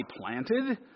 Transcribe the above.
planted